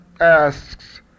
asks